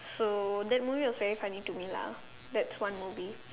so that movie was very funny to me lah that's one movie